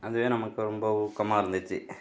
அதுவே நமக்கு ரொம்ப ஊக்கமாக இருந்துச்சு